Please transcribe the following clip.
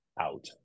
out